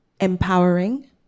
empowering